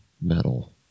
metal